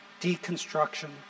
deconstruction